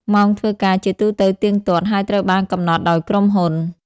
ម៉ោងធ្វើការជាទូទៅទៀងទាត់ ហើយត្រូវបានកំណត់ដោយក្រុមហ៊ុន។